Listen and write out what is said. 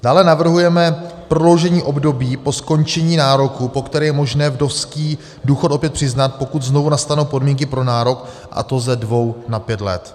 Dále navrhujeme prodloužení období po skončení nároku, po které je možné vdovský důchod opět přiznat, pokud znovu nastanou podmínky pro nárok, a to ze dvou na pět let.